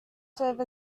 serve